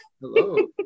Hello